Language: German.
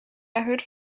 erhöht